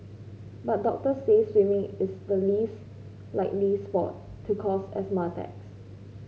but doctors say swimming is the least likely sport to cause asthma attacks